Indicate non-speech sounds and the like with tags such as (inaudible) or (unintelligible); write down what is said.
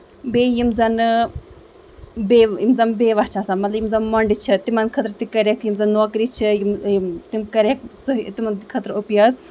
بیٚیہِ یِم زَن بے یِم زن بیوا چھِ آسان مطلب یِم زَن مۄنڈٕ چھِ تِمن خٲطرٕ تہِ کریکھ یِم زَن نوکری چھِ یم تِم کریکھ صٮحح تِمن خٲطرٕ (unintelligible)